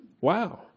Wow